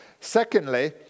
Secondly